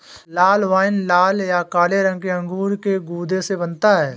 लाल wine लाल या काले रंग के अंगूर के गूदे से बनता है